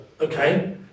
Okay